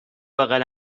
بغل